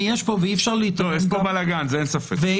יש פה בלגן, בזה אין ספק.